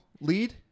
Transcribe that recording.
lead